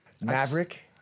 maverick